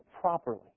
properly